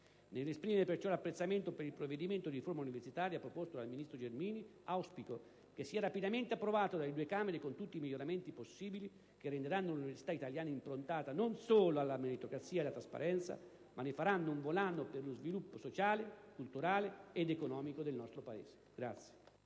Nell'esprimere perciò l'apprezzamento per il provvedimento di riforma universitaria proposto dal ministro Gelmini auspico che sia rapidamente approvato dalle due Camere con tutti i miglioramenti possibili che renderanno l'università italiana improntata non solo alla meritocrazia e alla trasparenza, ma ne faranno un volano per lo sviluppo sociale, culturale ed economico del nostro Paese.